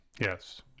Yes